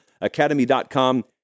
academy.com